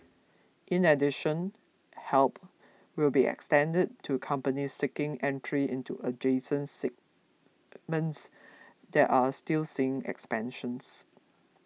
in addition help will be extended to companies seeking entry into adjacent segments that are still seeing expansions